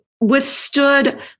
withstood